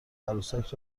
عروسک